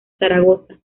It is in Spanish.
zaragoza